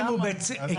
רם,